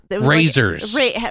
razors